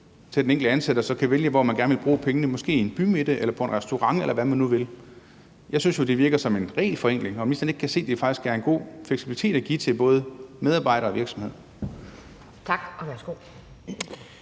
til den enkelte ansatte, der så kan vælge, hvor man gerne vil bruge pengene, måske i en bymidte eller på en restaurant, eller hvad man nu vil. Jeg synes jo, det virker som en regelforenkling. Kan ministeren ikke se, at det faktisk er en god fleksibilitet at give til både medarbejdere og virksomheder?